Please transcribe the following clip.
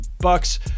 Bucks